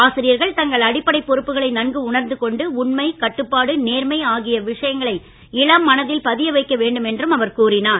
ஆசிரியர்கள் தங்கள் அடிப்டைப் பொறுப்புகளை நன்கு உணர்ந்துகொண்டு உண்மை கட்டுப்பாடு நேர்மை ஆகிய விழுமியங்களை இளம் மனதில் பதியவைக்க வேண்டும் என்றும் அவர் கூறினார்